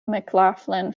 mclaughlin